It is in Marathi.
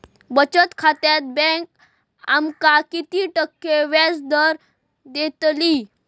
बचत खात्यार बँक आमका किती टक्के व्याजदर देतली?